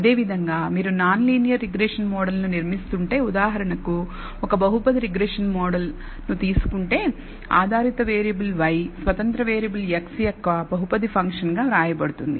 అదేవిధంగా మీరు non linear regression మోడల్ను నిర్మిస్తుంటే ఉదాహరణకు ఒక బహుపది రిగ్రెషన్ మోడల్ను తీసుకుంటే ఆధారిత వేరియబుల్ y స్వతంత్ర వేరియబుల్ x యొక్క బహుపది ఫంక్షన్ గా వ్రాయబడుతుంది